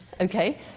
okay